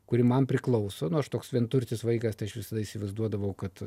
kuri man priklauso nu aš toks vienturtis vaikas tai aš visada įsivaizduodavau kad